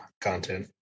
content